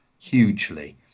hugely